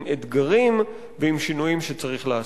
עם אתגרים ועם שינויים שצריך לעשות.